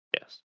Yes